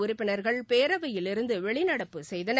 உறுப்பினர்கள் பேரவையிலியிலிருந்து வெளிநடப்பு செய்தனர்